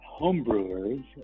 homebrewers